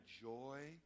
joy